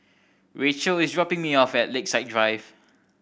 Racheal is dropping me off at Lakeside Drive